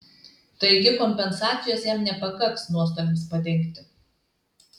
taigi kompensacijos jam nepakaks nuostoliams padengti